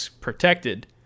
protected